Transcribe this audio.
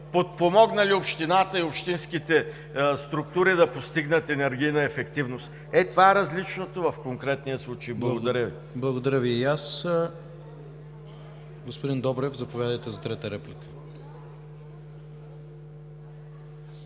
подпомогнали общината и общинските структури да постигнат енергийна ефективност! Е, това е различното в конкретния случай! Благодаря Ви. ПРЕДСЕДАТЕЛ ИВАН К. ИВАНОВ: Благодаря Ви и аз. Господин Добрев, заповядайте за трета реплика.